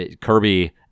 kirby